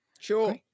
sure